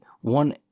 one